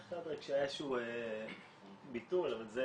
היה איזה שהוא ביטול, אבל זה